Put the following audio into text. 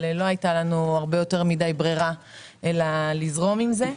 אבל לא היתה לנו יותר מדי ברירה אלא לזרום עם זה.